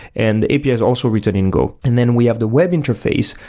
and the api is also written in go. and then we have the web interface,